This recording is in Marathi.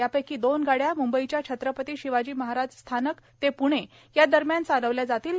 यापैकी दोन गाड्या मुंबईच्या छत्रपती शिवाजी महाराज स्थानक ते पूणे या दरम्यान चालवल्या जातील